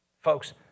Folks